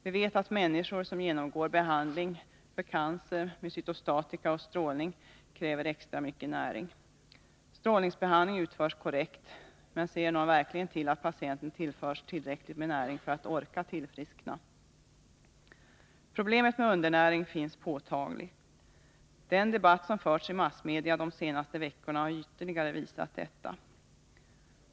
Vi vet att människor som genomgår behandling för cancer med cytostatika och strålning kräver extra mycket näring. Strålningsbehandling utförs korrekt, men ser någon verkligen till att patienten tillförs tillräckligt med näring för att han eller hon skall orka tillfriskna? Problemet med undernäring är påtagligt. Den debatt som de senaste veckorna förts i massmedia har ytterligare visat detta.